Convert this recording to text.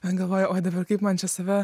galvoja o dabar kaip man čia save